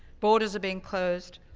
borders are being closed,